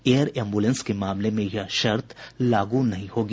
air ambulance के मामले में यह शर्त लागू नहीं होगी